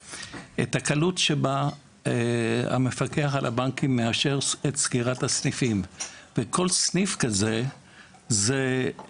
הקלות שבה המפקח על הבנקים מאשר את סגירת הסניפים שכל אחד מהם הוא